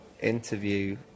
interview